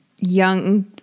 young